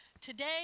Today